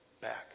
back